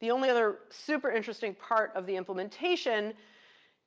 the only other super interesting part of the implementation